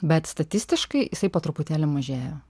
bet statistiškai jisai po truputėlį mažėja